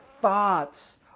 thoughts